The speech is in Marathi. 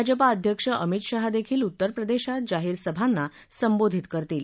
भाजपा अध्यक्ष अमित शाह देखील उत्तरप्रदेशात जाहीर सभांना संबोधित करतील